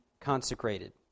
Consecrated